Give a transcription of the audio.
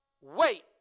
wait